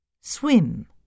Swim